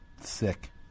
sick